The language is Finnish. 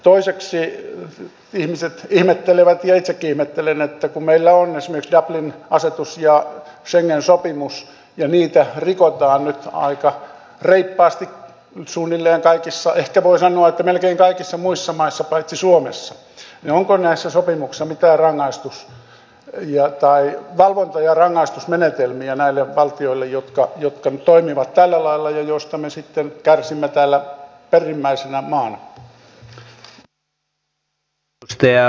toiseksi ihmiset ihmettelevät ja itsekin ihmettelen että kun meillä on esimerkiksi dublin asetus ja schengenin sopimus ja niitä rikotaan nyt aika reippaasti suunnilleen kaikissa maissa ehkä voi sanoa että melkein kaikissa muissa maissa paitsi suomessa niin onko näissä sopimuksissa mitään valvonta ja rangaistusmenetelmiä näille valtioille jotka nyt toimivat tällä lailla mistä me sitten kärsimme täällä perimmäisenä maana